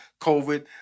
COVID